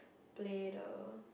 play the